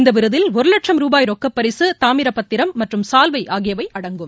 இந்த விருதில் ஒரு வட்சும் ரூபாய் ரொக்க பரிசு தாமிரப்பத்திரம் மற்றும் சால்வை ஆகியவை அடங்கும்